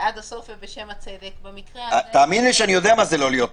שעד הסוף ובשם הצדק --- תאמיני לי שאני יודע מה זה לא להיות פופולרי.